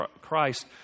Christ